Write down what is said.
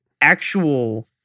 actual